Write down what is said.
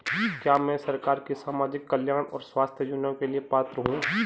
क्या मैं सरकार के सामाजिक कल्याण और स्वास्थ्य योजना के लिए पात्र हूं?